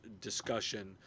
discussion